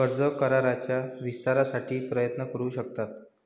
कर्ज कराराच्या विस्तारासाठी प्रयत्न करू शकतात